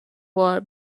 war